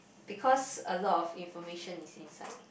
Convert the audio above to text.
because a lot of information is inside